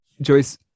Joyce